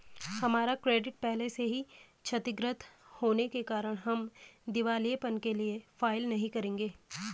हमारा क्रेडिट पहले से ही क्षतिगृत होने के कारण हम दिवालियेपन के लिए फाइल नहीं करेंगे